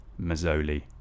Mazzoli